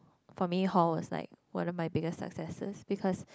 for me hall is like one of my biggest successes because